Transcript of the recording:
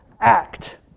act